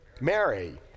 Mary